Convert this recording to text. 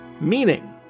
Meaning